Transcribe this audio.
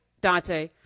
Dante